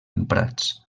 emprats